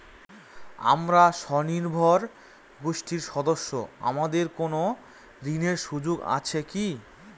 আমরা স্বয়ম্ভর গোষ্ঠীর সদস্য আমাদের কোন ঋণের সুযোগ আছে কি?